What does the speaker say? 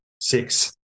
Six